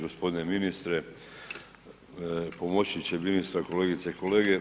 Gospodine ministre, pomoćniče ministra, kolegice i kolege.